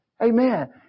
amen